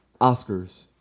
Oscars